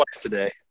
today